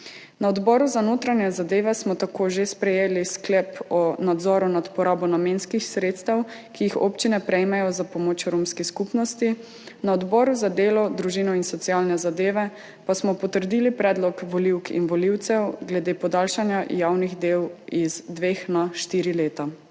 in lokalno samoupravo smo tako že sprejeli sklep o nadzoru nad porabo namenskih sredstev, ki jih občine prejmejo za pomoč romski skupnosti, na Odboru za delo, družino, socialne zadeve in invalide pa smo potrdili predlog volivk in volivcev glede podaljšanja javnih del iz dveh na štiri leta.